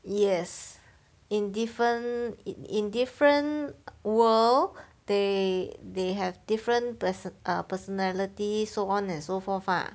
yes in different in different world they they have different person ah personality so on and so forth ah